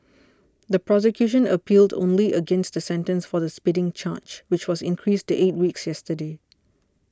the prosecution appealed only against the sentence for the spitting charge which was increased to eight weeks yesterday